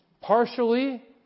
Partially